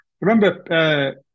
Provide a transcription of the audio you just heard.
remember